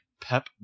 pep